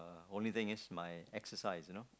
only thing is my exercise you know